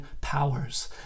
powers